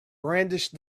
brandished